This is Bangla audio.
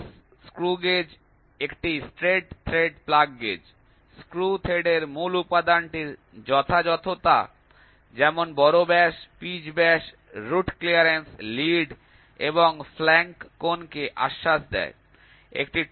প্লাগস স্ক্রু গেজ একটি straight thread plug gauge screw থ্রেডের মূল উপাদানটির যথাযথতা যেমন বড় ব্যাস পিচ ব্যাস রুট ক্লিয়ারেন্স লিড এবং ফ্ল্যাঙ্ক কোণকে আশ্বাস দেয়